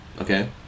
Okay